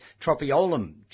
Tropiolum